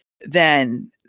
then-